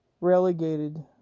relegated